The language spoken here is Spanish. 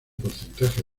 porcentaje